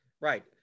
right